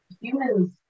humans